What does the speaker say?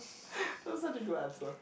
that was such a good answer